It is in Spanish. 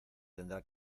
tendrá